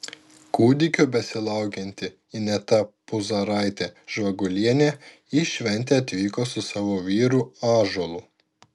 kūdikio besilaukianti ineta puzaraitė žvagulienė į šventę atvyko su savo vyru ąžuolu